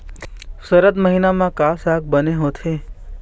सरद महीना म का साक साग बने होथे?